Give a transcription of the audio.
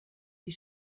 die